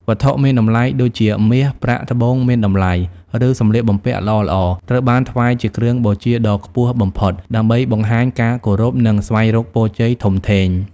វត្ថុមានតម្លៃដូចជាមាស ប្រាក់ ត្បូងមានតម្លៃ ឬសម្លៀកបំពាក់ល្អៗ ត្រូវបានថ្វាយជាគ្រឿងបូជាដ៏ខ្ពស់បំផុត ដើម្បីបង្ហាញការគោរព និងស្វែងរកពរជ័យធំធេង។